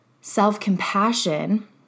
self-compassion